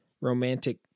Romantic